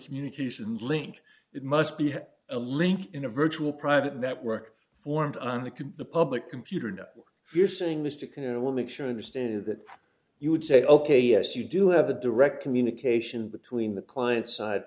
communication link it must be a link in a virtual private network formed on the can the public computer network you're saying this to can and will make sure of the stand that you would say ok yes you do have a direct communication between the client side